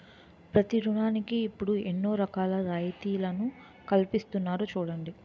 ప్రతి ఋణానికి ఇప్పుడు ఎన్నో రకాల రాయితీలను కల్పిస్తున్నారు చూడండి